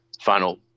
final